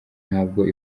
ntabwo